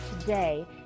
today